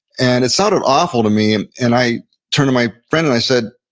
and it sounded awful to me. and i turned to my friend and i said,